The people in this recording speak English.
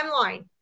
timeline